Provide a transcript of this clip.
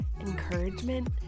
encouragement